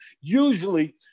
usually